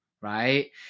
right